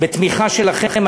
בתמיכה שלכם,